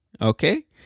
Okay